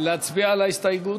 להצביע על ההסתייגות?